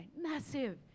Massive